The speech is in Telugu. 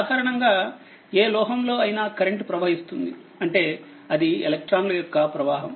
సాధారణంగా ఏ లోహం లో అయినా కరెంట్ ప్రవహిస్తుంది అంటే అది ఎలక్ట్రాన్లు యొక్క ప్రవాహం